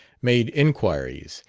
made inquiries,